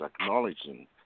acknowledging